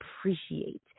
appreciate